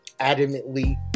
adamantly